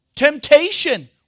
temptation